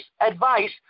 advice